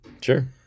Sure